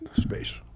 space